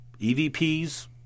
EVPs